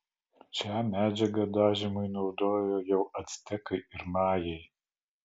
šią medžiagą dažymui naudojo jau actekai ir majai